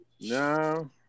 No